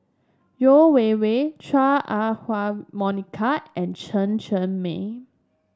Yeo Wei Wei Chua Ah Huwa Monica and Chen Cheng Mei